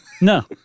No